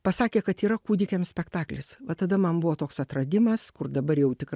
pasakė kad yra kūdikiam spektaklis va tada man buvo toks atradimas kur dabar jau tikra